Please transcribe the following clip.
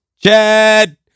Chad